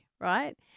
right